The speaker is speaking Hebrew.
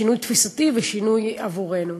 שינוי תפיסתי ושינוי עבורנו.